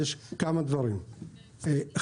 לשעבר וטרינר ראשי למזון.